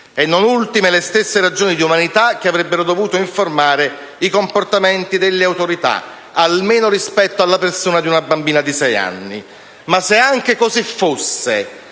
e non ultime le stesse ragioni di umanità che avrebbero dovuto informare i comportamenti delle autorità almeno rispetto alla persona di una bambina di sei anni. Ma se anche così fosse,